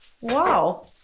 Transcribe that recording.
Wow